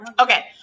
Okay